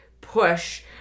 push